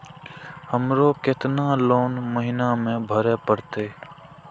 हमरो केतना लोन महीना में भरे परतें?